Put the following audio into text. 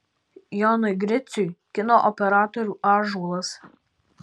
jonui griciui kino operatorių ąžuolas